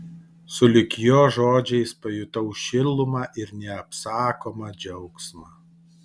sulig jo žodžiais pajutau šilumą ir neapsakomą džiaugsmą